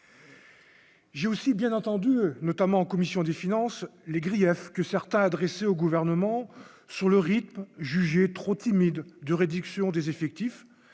J'ai aussi, bien entendu, notamment en commission des finances, les griefs que certains adressée au gouvernement sur le rythme jugé trop timide de réduction des effectifs,